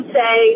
say